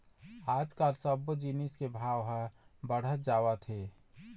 आजकाल सब्बो जिनिस के भाव ह बाढ़त जावत हे